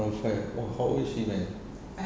nurfai oh how is she man